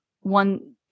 one